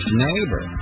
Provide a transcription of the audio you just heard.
neighbor